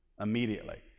Immediately